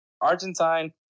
Argentine